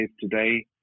today